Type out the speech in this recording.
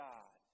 God